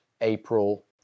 April